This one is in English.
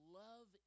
love